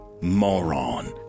moron